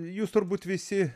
jūs turbūt visi